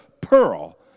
pearl